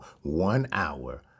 one-hour